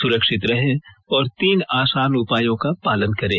सुरक्षित रहें और तीन आसान उपायों का पालन करें